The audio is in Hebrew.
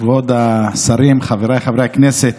כבוד השרים, חבריי חברי הכנסת,